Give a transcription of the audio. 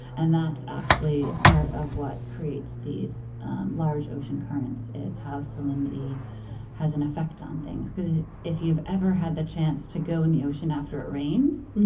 and that's actually part of what creates these large ocean currents, is how salinity has an effect on things. because if you've ever had the chance to go in the ocean after it rains,